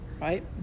right